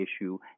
issue